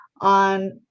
on